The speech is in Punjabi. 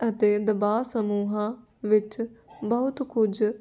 ਅਤੇ ਦਬਾਅ ਸਮੂਹਾਂ ਵਿੱਚ ਬਹੁਤ ਕੁਝ